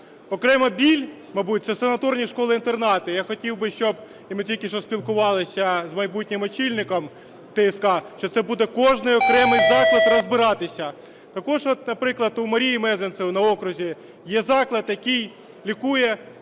Окремий біль, мабуть, – це санаторні школи-інтернати. Я хотів би, щоб… І ми тільки що спілкувались з майбутнім очільником ТСК, що це буде кожний окремий заклад розбиратися. Також, наприклад, у Марії Мезенцевої на окрузі є заклад, який лікує